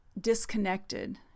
disconnected